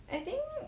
I think